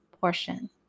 portion